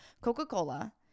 coca-cola